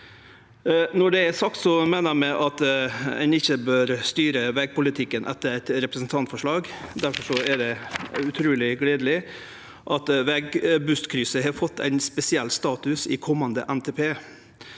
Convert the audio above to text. Når det er sagt, meiner vi at ein ikkje bør styre vegpolitikken etter eit representantforslag. Difor er det utruleg gledeleg at Veibustkrysset har fått ein spesiell status i komande NTP,